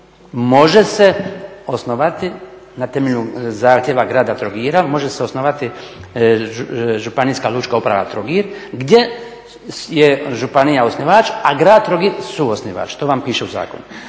može se osnovati na temelju zahtjeva grada Trogira, može se osnovati županijska lučka uprava Trogir gdje je županija osnivač, a grad Trogir suosnivač, to vam piše u zakonu.